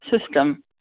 system